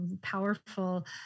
powerful